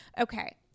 okay